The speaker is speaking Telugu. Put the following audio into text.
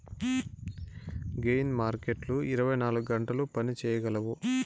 గెయిన్ మార్కెట్లు ఇరవై నాలుగు గంటలు పని చేయగలవు